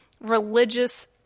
religious